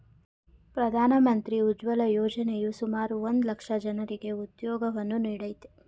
ಪ್ರಧಾನ ಮಂತ್ರಿ ಉಜ್ವಲ ಯೋಜನೆಯು ಸುಮಾರು ಒಂದ್ ಲಕ್ಷ ಜನರಿಗೆ ಉದ್ಯೋಗವನ್ನು ನೀಡಯ್ತೆ